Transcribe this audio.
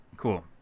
cool